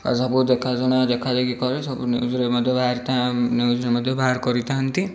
ଆଉ ସବୁ ଦେଖା ସୁଣା ଦେଖା ଦେଖି କରି ସବୁ ନ୍ୟୁଜ୍ରେ ମଧ୍ୟ ବାହାରି ନ୍ୟୁଜ୍ରେ ମଧ୍ୟ ବାହାର କରିଥାନ୍ତି